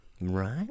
Right